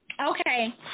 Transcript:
Okay